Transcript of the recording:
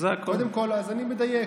קודם כול, אני מדייק.